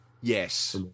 Yes